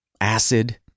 acid